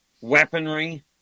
weaponry